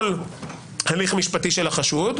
כל הליך משפטי של החשוד.